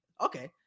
Okay